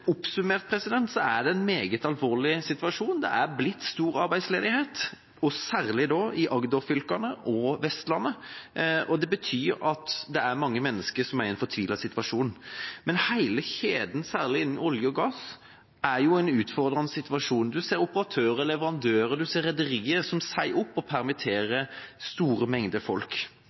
Oppsummert er det en meget alvorlig situasjon. Det har blitt stor arbeidsledighet, særlig i Agder-fylkene og på Vestlandet. Det betyr at det er mange mennesker som er i en fortvilet situasjon. Men hele kjeden – særlig innenfor olje og gass – er i en utfordrende situasjon. En ser operatører, leverandører og rederier som sier opp, og som permitterer store mengder folk.